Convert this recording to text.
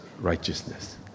righteousness